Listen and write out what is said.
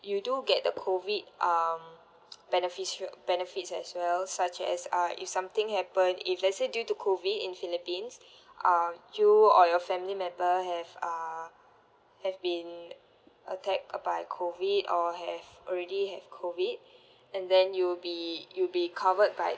you do get the COVID um beneficia~ benefits as well such as uh if something happen if let's say due to COVID in philippines um you or your family member have uh have been attacked by COVID or have already have COVID and then you'll be you'll be covered by